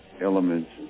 elements